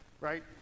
right